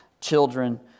children